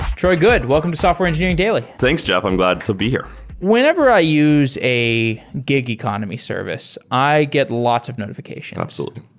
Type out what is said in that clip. troy goode, welcome to software engineering daily thanks, jeff. i'm glad to be here whenever i use a gig economy service, i get lots of notifi cations absolutely.